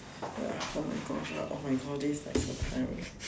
ya oh my gosh lah all my